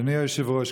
אדוני היושב-ראש,